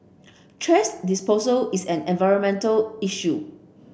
thrash disposal is an environmental issue